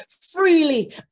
freely